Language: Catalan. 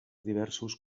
diversos